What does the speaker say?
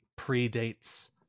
predates